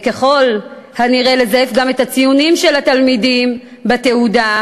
וככל הנראה לזייף גם את הציונים של התלמידים בתעודה,